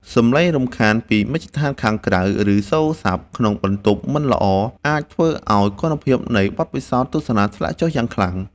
សំឡេងរំខានពីមជ្ឈដ្ឋានខាងក្រៅ ឬសូរស័ព្ទក្នុងបន្ទប់មិនល្អ អាចធ្វើឱ្យគុណភាពនៃបទពិសោធន៍ទស្សនាធ្លាក់ចុះយ៉ាងខ្លាំង។